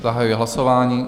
Zahajuji hlasování.